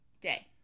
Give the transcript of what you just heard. day